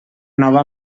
nova